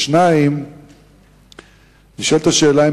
2. נשאלת השאלה,